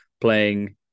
playing